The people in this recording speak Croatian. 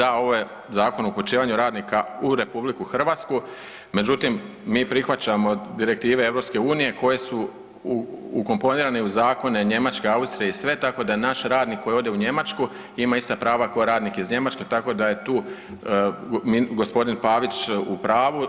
A, da, ovo je Zakon o upućivanju radnika u RH, međutim, mi prihvaćamo direktive EU koje su ukomponirane u zakone Njemačke, Austrije i sve, tako da je naš radnik koji ode u Njemačku ima ista prava kao radnik iz Njemačke, tako da je tu g. Pavić u pravu.